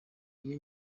iyo